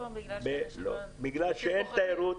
אין תיירות,